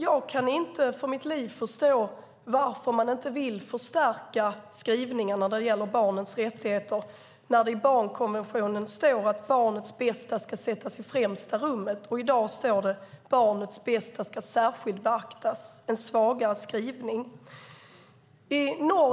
Jag kan inte för mitt liv förstå varför man inte vill förstärka skrivningarna som gäller barnens rättigheter när det i barnkonventionen står att barnets bästa ska sättas i främsta rummet. I dag står det att barnets bästa ska särskilt beaktas - en svagare skrivning.